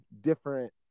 different